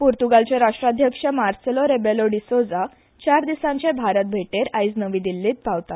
पूर्तुगालचे राष्ट्राध्यक्ष Marcelo Rebelo de Sousa चार दिसांचे भारत भेटेर आयज नवी दिल्लींत पावतात